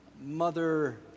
mother